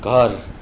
घर